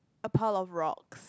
a pile of rocks